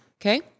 okay